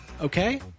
Okay